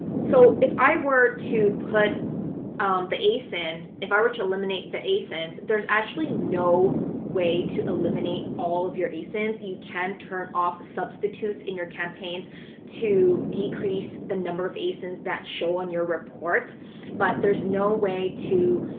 so if i were to put the asin, if i were to eliminate the asins, there's actually no way to eliminate all of your asins, you can turn off substitutes in your campaigns to decrease the number of asins that show on your report but there's no way to